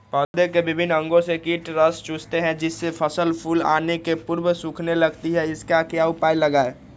पौधे के विभिन्न अंगों से कीट रस चूसते हैं जिससे फसल फूल आने के पूर्व सूखने लगती है इसका क्या उपाय लगाएं?